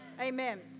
Amen